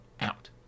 out